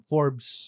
Forbes